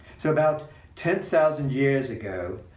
so about ten thousand years ago,